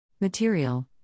Material